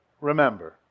remember